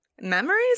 Memories